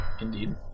Indeed